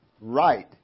right